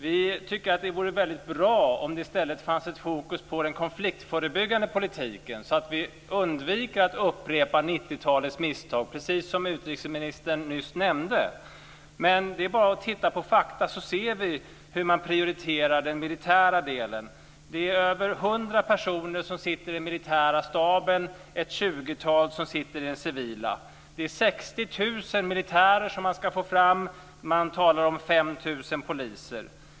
Vi tycker att det vore väldigt bra om fokus i stället fanns på den konfliktförebyggande politiken, så att vi undviker att upprepa 90-talets misstag, precis som utrikesministern nyss nämnde. Men när vi tittar på fakta ser vi hur man prioriterar den militära delen. Över 100 personer sitter i den militära staben, medan ett tjugotal sitter i den civila. Man ska få fram 60 000 militärer, och man talar om 5 000 poliser.